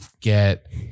get